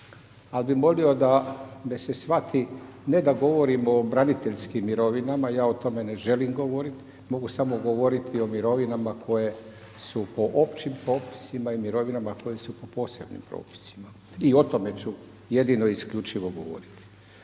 ali bi molio da se shvati ne da govorim o braniteljskim mirovinama, ja o tome ne želim govoriti, mogu samo govoriti o mirovinama koje su po općim propisima i mirovinama koje su po posebnim propisima. I o tome ću jedino i isključivo govoriti.